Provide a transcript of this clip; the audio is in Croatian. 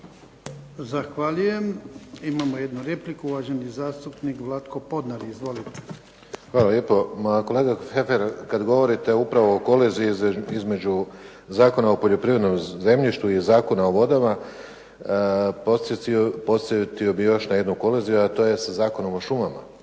Zahvaljujem. Imamo jednu repliku uvaženi zastupnik Vlatko Podnar. Izvolite. **Podnar, Vlatko (SDP)** Hvala lijepo. Ma kolega Heffer kada govorite upravo o koleziji između Zakona o poljoprivrednom zemljištu i Zakona o vodama, postavio bih još na jednu koleziju a to je Zakon o šumama.